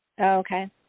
okay